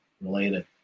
related